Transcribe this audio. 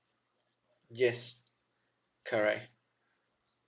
yes correct